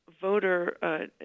voter